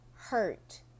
hurt